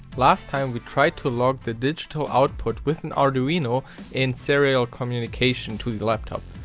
last time we tried to log the digital output with an arduino and serial communication to the laptop.